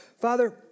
Father